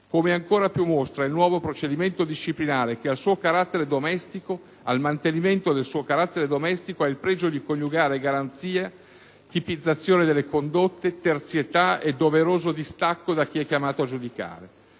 come ancor più mostra il nuovo procedimento disciplinare che, al mantenimento del suo carattere domestico, ha il pregio di coniugare garanzie, tipizzazione delle condotte, terzietà e doveroso distacco di chi è chiamato a giudicare.